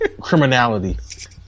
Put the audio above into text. criminality